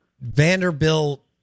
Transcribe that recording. Vanderbilt